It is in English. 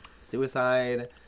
Suicide